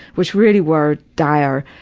which really were dire,